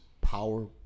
Power